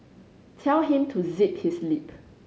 tell him to zip his lip